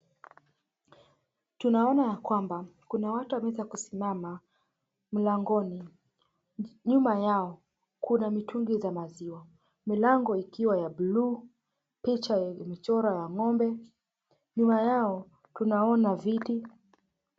Tunaona ya kwamba watu wamewezasimama mlangoni nyuma yao kuna mitungi za maziwa milango ikiwa ya buluu picha ya michoro ya ngombe nyuma yao tunaona viti .